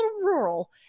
rural